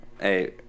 hey